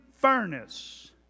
furnace